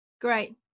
Great